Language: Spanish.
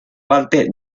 parte